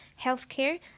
healthcare